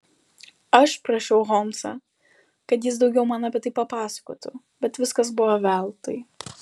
aš prašiau holmsą kad jis daugiau man apie tai papasakotų bet viskas buvo veltui